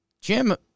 Jim